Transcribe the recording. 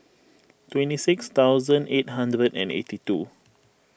twenty six thousand eight hundred and eighty two